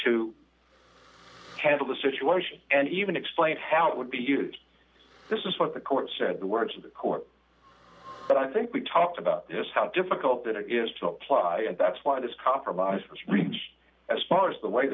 to handle the situation and even explained how it would be used this is what the court said the words of the court but i think we talked about just how difficult it is to apply and that's why this compromise was reached as far as the way